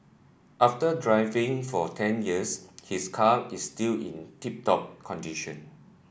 after driving for ten years his car is still in tip top condition